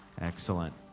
Excellent